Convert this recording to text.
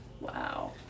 Wow